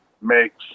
makes